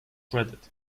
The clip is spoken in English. shredded